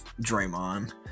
Draymond